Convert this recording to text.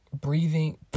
breathing